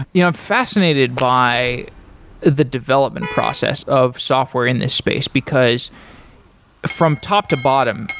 yeah i'm fascinated by the development process of software in this space, because from top to bottom,